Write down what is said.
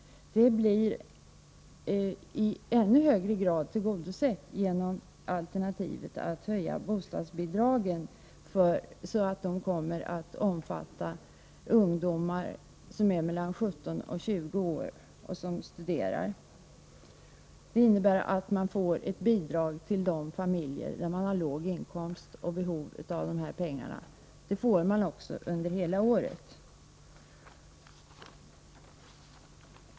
Det blir i ännu högre grad tillgodosett genom alternativet att höja bostadsbidraget så att det omfattar familjer med studerande ungdomar mellan 17 och 20 år. Det innebär att de familjer som har låga inkomster och behov av dessa pengar får detta bidrag, som också utgår under hela året.